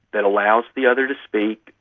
that allows the other to speak,